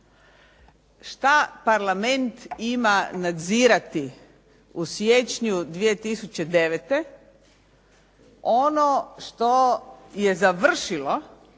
Šta Parlament ima nadzirati u siječnju 2009. ono što je završilo,